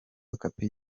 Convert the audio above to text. okapi